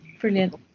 Brilliant